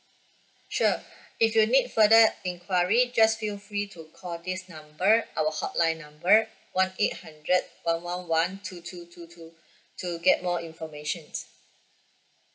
sure if you need further inquiry just feel free to call this number our hotline number one eight hundred one one one two two two two to get more informations